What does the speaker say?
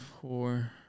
four